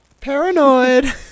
Paranoid